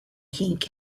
kink